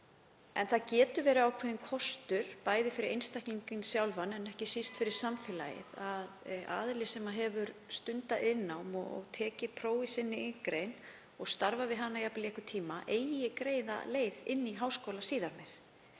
En það getur verið ákveðinn kostur, bæði fyrir einstaklinginn sjálfan en ekki síst fyrir samfélagið, að aðili sem hefur stundað iðnnám og tekið próf í sinni iðngrein og starfað við hana jafnvel í einhvern tíma eigi greiða leið inn í háskóla síðar meir.